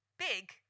Big